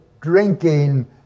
drinking